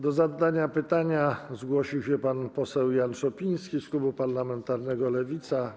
Do zadania pytania zgłosił się pan poseł Jan Szopiński z klubu parlamentarnego Lewica.